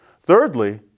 Thirdly